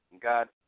God